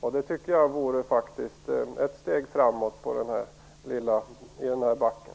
Jag tycker faktiskt att det vore ett steg framåt i den här backen.